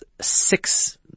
six